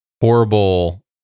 horrible